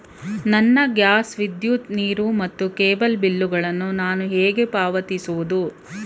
ನನ್ನ ಗ್ಯಾಸ್, ವಿದ್ಯುತ್, ನೀರು ಮತ್ತು ಕೇಬಲ್ ಬಿಲ್ ಗಳನ್ನು ನಾನು ಹೇಗೆ ಪಾವತಿಸುವುದು?